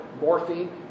morphine